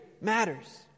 matters